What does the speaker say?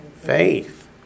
faith